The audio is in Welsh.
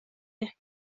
eich